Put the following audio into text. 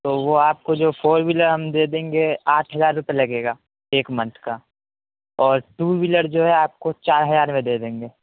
تو وہ آپ کو جو فور ویلر ہم دے دیں گے آٹھ ہزار روپے لگے گا ایک منتھ کا اور ٹو ویلر جو ہے آپ کو چار ہزار میں دے دیں گے